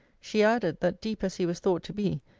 she added, that deep as he was thought to be,